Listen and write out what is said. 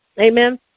Amen